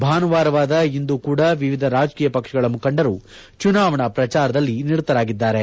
ಭಾನುವಾರವಾದ ಇಂದು ಕೂಡ ವಿವಿಧ ರಾಜಕೀಯ ಪಕ್ಷಗಳ ಮುಖಂಡರು ಚುನಾವಣಾ ಪ್ರಚಾರದಲ್ಲಿ ನಿರತರಾಗಿದ್ದಾರೆ